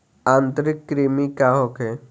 आंतरिक कृमि का होखे?